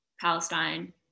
Palestine